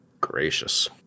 Gracious